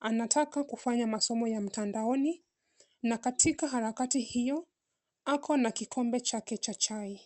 anataka kufanya masomo ya mtandaoni na katika harakati hiyo ako na kikombe chake cha chai.